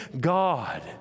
God